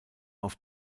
auf